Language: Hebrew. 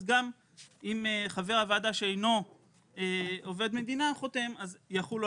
אז גם חבר ועדה שאינו עובד המדינה חותם אז יחולו